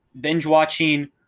binge-watching